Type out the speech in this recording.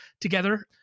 together